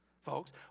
folks